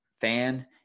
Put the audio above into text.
fan